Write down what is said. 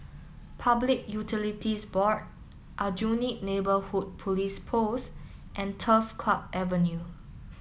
Public Utilities Board Aljunied Neighbourhood Police Post and Turf Club Avenue